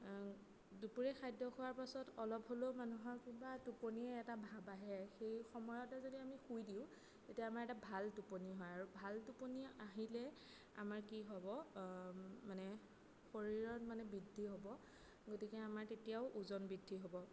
দুপৰীয়া খাদ্য খোৱাৰ পাছত অলপ হ'লেও মানুহৰ কিবা টোপনিৰ এটা ভাৱ আহে সেই সময়তে যদি আমি শুই দিওঁ তেতিয়া আমাৰ এটা ভাল টোপনি হয় আৰু ভাল টোপনি আহিলে আমাৰ কি হ'ব মানে শৰীৰৰ মানে বৃদ্ধি হ'ব গতিকে আমাৰ তেতিয়াও ওজন বৃদ্ধি হ'ব